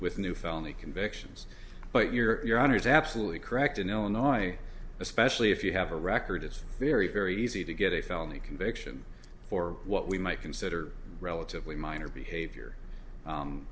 with new felony convictions but year your honor is absolutely correct in illinois especially if you have a record is very very easy to get a felony conviction for what we might consider relatively minor behavior